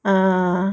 uh